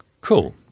cool